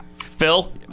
Phil